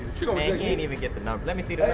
man, he ain't even get the number. let me see